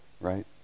right